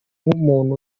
nk’umuntu